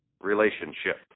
relationship